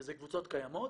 שזה קבוצות קיימות.